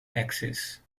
excess